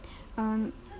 um